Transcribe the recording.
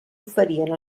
oferien